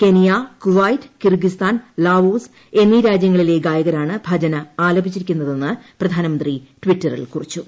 Kenya Kuwait Kyrgyzstan Laos എന്നീ രാജ്യങ്ങളിലെ ഗായകരാണ് ഭജന ആലപിച്ചിരിക്കുന്നതെന്ന് പ്രധാനമന്ത്രി ടിറ്ററിൽ കുറിച്ചു